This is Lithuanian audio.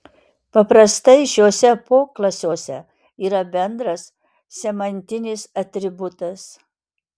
paprastai šiuose poklasiuose yra bendras semantinis atributas